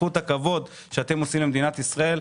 בזכות הכבוד שאתם עושים למדינת ישראל,